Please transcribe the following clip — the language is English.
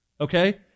okay